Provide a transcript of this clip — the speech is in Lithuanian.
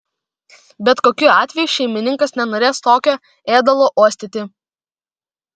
bet kokiu atveju šeimininkas nenorės tokio ėdalo uostyti